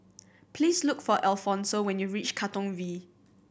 please look for Alfonso when you reach Katong V